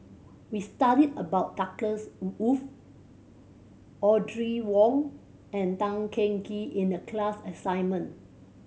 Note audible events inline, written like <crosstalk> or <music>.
we studied about Douglas <unintelligible> Audrey Wong and Tan Teng Kee in the class assignment